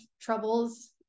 troubles